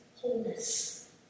wholeness